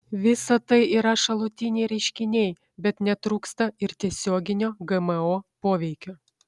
visa tai yra šalutiniai reiškiniai bet netrūksta ir tiesioginio gmo poveikio